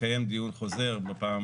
התקיים דיון חוזר בפעם